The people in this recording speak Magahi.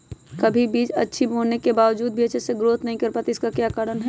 कभी बीज अच्छी होने के बावजूद भी अच्छे से नहीं ग्रोथ कर पाती इसका क्या कारण है?